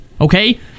okay